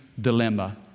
dilemma